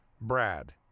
brad